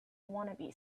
wannabe